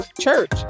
church